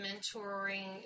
mentoring